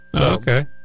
Okay